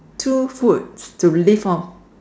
two foods to live off